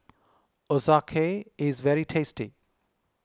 is very tasty